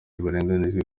barenganyijwe